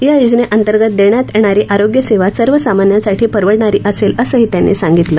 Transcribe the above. या योजनेअंतर्गत देण्यात येणारी आरोग्य सेवा सर्वसामान्यांसाठी परवडणारी असेल असंही त्यांनी सांगितलं